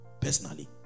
personally